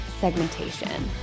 segmentation